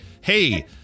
hey